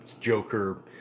Joker